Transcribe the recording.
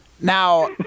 now